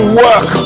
work